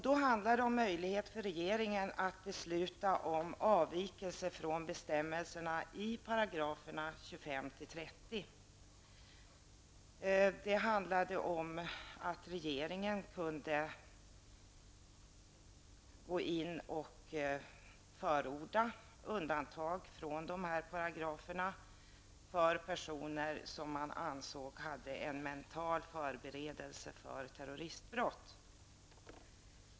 Då handlade det om möjlighet för regeringen att besluta om sådan avvikelse från bestämmelserna i 25--30 §§ som att regeringen kunde gå in och förorda undantag från dessa paragrafer för personer som man ansåg hade en mental förberedelse för terroristbrott.